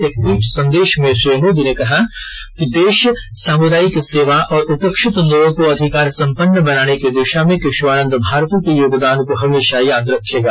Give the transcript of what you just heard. एक ट्वीट संदेश में श्री मोदी ने कहा कि देश सामुदायिक सेवा और उपेक्षित लोगों को अधिकार संपन्न बनाने की दिशा में केशवानंद भारती के योगदान को हमेशा याद रखेगा